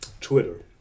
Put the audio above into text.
Twitter